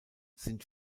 sind